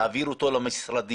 להעביר אותו למשרדים.